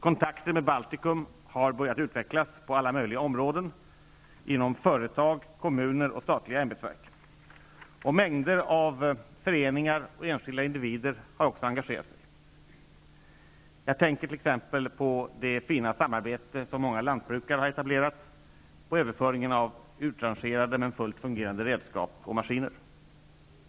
Kontakter med Baltikum har börjat utvecklas på alla möjliga områden, inom företag, kommuner och statliga ämbetsverk. Mängder av föreningar och enskilda individer har också engagerat sig. Jag tänker t.ex. på det fina samarbete som många lantbrukare har etablerat och på överföringen av utrangerade men fullt fungerande redskap och maskiner.